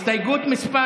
הסתייגות מס'